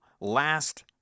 last